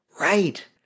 Right